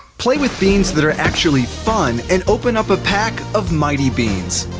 play with beans that are actually fun and open up a pack of mighty beanz.